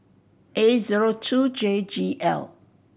A zero two J G L